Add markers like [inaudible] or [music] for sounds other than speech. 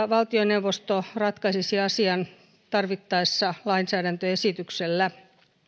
[unintelligible] valtioneuvosto ratkaisisi asian tarvittaessa lainsäädäntöesityksellä